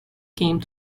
came